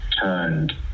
turned